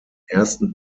ersten